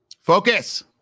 Focus